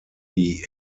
die